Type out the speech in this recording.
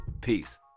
Peace